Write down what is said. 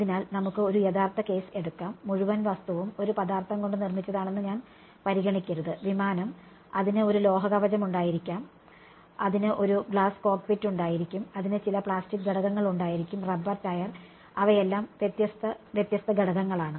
അതിനാൽ നമുക്ക് ഒരു യഥാർത്ഥ കേസ് എടുക്കാം മുഴുവൻ വസ്തുവും ഒരു പദാർത്ഥം കൊണ്ട് നിർമ്മിച്ചതാണെന്ന് ഞാൻ പരിഗണിക്കരുത് വിമാനം അതിന് ഒരു ലോഹ കവചം ഉണ്ടായിരിക്കും അതിന് ഒരു ഗ്ലാസ് കോക്ക്പിറ്റ് ഉണ്ടായിരിക്കും അതിന് ചില പ്ലാസ്റ്റിക് ഘടകങ്ങൾ ഉണ്ടായിരിക്കും റബ്ബർ ടയർ അവയെല്ലാം വ്യത്യസ്ത വ്യത്യസ്ത ഘടകങ്ങളാണ്